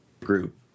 group